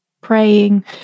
praying